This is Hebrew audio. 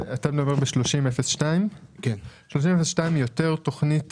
36002 היא יותר תכנית